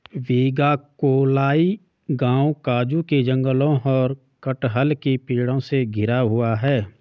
वेगाक्कोलाई गांव काजू के जंगलों और कटहल के पेड़ों से घिरा हुआ है